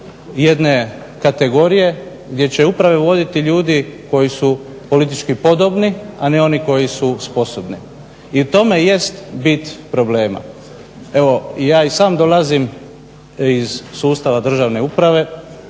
jedne kategorije gdje će uprave voditi ljudi koji su politički podobni, a ne oni koji su sposobni. I u tome jest bit problema. Evo i ja sam dolazim iz sustava državne uprave